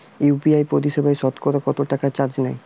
UPI পরিসেবায় সতকরা কতটাকা চার্জ নেয়?